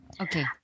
Okay